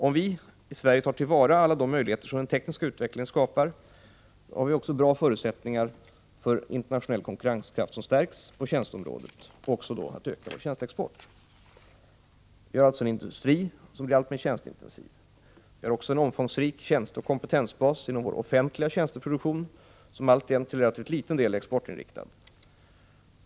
Om vi i Sverige tar till vara alla de möjligheter som den tekniska utvecklingen skapar, har vi också goda förutsättningar för en förbättrad internationell konkurrenskraft på tjänsteområdet och för att öka tjänsteexporten. Vi har sålunda en industri som blir alltmer tjänsteintensiv. Vi har också en omfångsrik tjänsteoch kompetensbas inom vår offentliga tjänsteproduktion, som alltjämt till relativt liten del är exportinriktad.